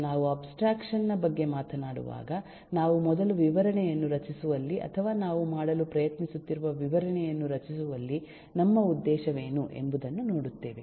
ಆದ್ದರಿಂದ ನಾವು ಅಬ್ಸ್ಟ್ರಾಕ್ಷನ್ ನ ಬಗ್ಗೆ ಮಾತನಾಡುವಾಗ ನಾವು ಮೊದಲು ವಿವರಣೆಯನ್ನು ರಚಿಸುವಲ್ಲಿ ಅಥವಾ ನಾವು ಮಾಡಲು ಪ್ರಯತ್ನಿಸುತ್ತಿರುವ ವಿವರಣೆಯನ್ನು ರಚಿಸುವಲ್ಲಿ ನಮ್ಮ ಉದ್ದೇಶವೇನು ಎಂಬುದನ್ನು ನೋಡುತ್ತೇವೆ